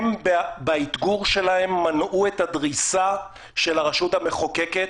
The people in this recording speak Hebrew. הם באתגור שלהם מנעו את הדריסה של הרשות המחוקקת